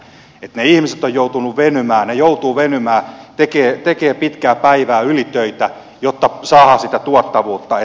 ne ihmiset ovat joutuneet venymään ne joutuvat venymään tekemään pitkää päivää ylitöitä jotta saadaan sitä tuottavuutta